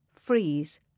freeze